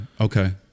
okay